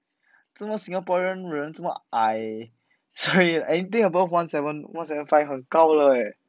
做么 singaporean 人这么矮 所以 anything above one seven one seven five 很高了 leh